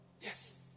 Yes